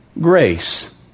grace